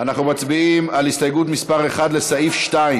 אנחנו מצביעים על הסתייגות מס' 1,